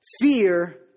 fear